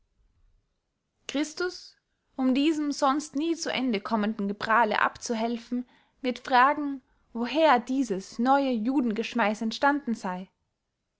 christus um diesem sonst nie zu ende kommenden geprahle abzuhelfen wird fragen woher dieses neue judengeschmeiß entstanden sey